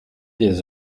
des